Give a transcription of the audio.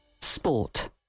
Sport